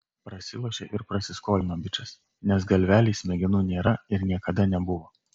prasilošė ir prasiskolino bičas nes galvelėj smegenų nėra ir niekada nebuvo